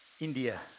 India